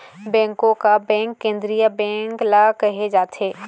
बेंको का बेंक केंद्रीय बेंक ल केहे जाथे